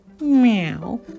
Meow